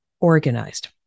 organized